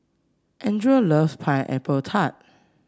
Andres loves Pineapple Tart